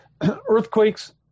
earthquakes